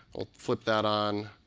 i'll flip that on.